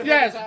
Yes